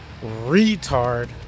retard